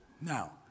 Now